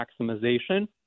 maximization